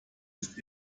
ist